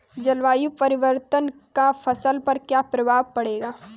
जलवायु परिवर्तन का फसल पर क्या प्रभाव पड़ेगा?